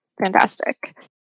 fantastic